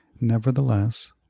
Nevertheless